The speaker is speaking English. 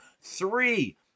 Three